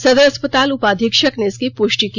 सदर अस्पताल उपाधीक्षक ने इसकी पुष्टि की